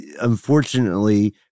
Unfortunately